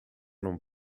non